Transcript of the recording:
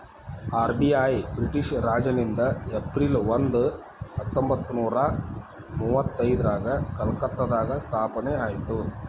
RBI British ರಾಜನಿಂದ April ಒಂದ ಹತ್ತೊಂಬತ್ತನೂರ ಮುವತ್ತೈದ್ರಾಗ ಕಲ್ಕತ್ತಾದಾಗ ಸ್ಥಾಪನೆ ಆಯ್ತ್